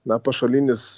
na pašalinis